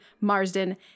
Marsden